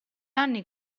anni